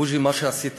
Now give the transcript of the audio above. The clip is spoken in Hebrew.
בוז'י, מה שעשית